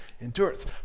endurance